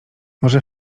może